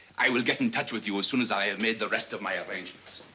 i will get in touch with you as soon as i have made the rest of my arrangements.